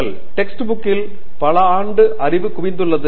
text புக்கில் பல ஆண்டு அறிவு குவிந்துள்ளது